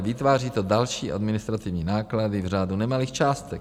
Vytváří to další administrativní náklady v řádu nemalých částek.